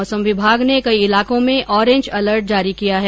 मौसम विभाग ने कई ईलाकों में ओरेंज अलर्ट जारी किया है